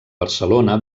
barcelona